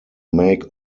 make